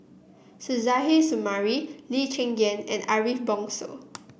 Suzairhe Sumari Lee Cheng Gan and Ariff Bongso